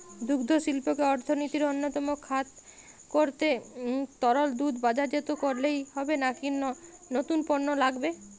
দুগ্ধশিল্পকে অর্থনীতির অন্যতম খাত করতে তরল দুধ বাজারজাত করলেই হবে নাকি নতুন পণ্য লাগবে?